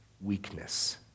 weakness